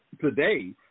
today